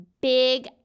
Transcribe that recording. big